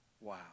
wow